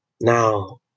Now